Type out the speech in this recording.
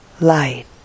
light